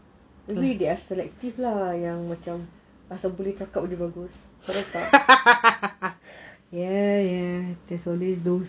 maybe they are selective lah yes yang macam cakap boleh bagus